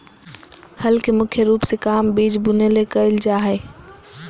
हल के मुख्य रूप से काम बिज बुने ले कयल जा हइ